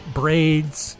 braids